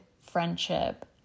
friendship